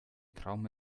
trauma